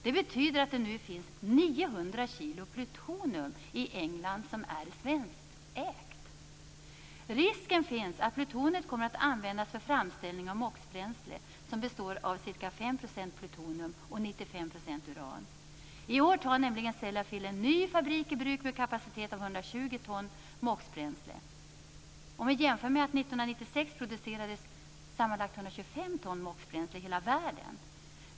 Det betyder att det nu finns 900 kg plutonium i England som är svenskägt. Risken finns att plutoniet kommer att användas för framställning av MOX-bränsle, som består av ca 5 % plutonium och 95 % uran. I år tar nämligen Sellafield en ny fabrik i bruk med kapacitet av 120 ton MOX bränsle. Om vi jämför med att 1996 producerades sammanlagt 125 ton MOX-bränsle i hela världen.